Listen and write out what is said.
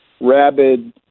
rabid